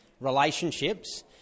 relationships